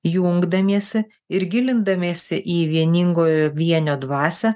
jungdamiesi ir gilindamiesi į vieningojo vienio dvasią